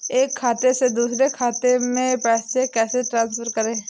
एक खाते से दूसरे खाते में पैसे कैसे ट्रांसफर करें?